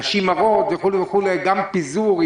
נשים הרות גם פיזור,